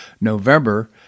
November